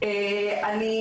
אנחנו נשמח לשמוע.